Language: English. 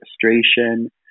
frustration